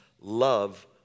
love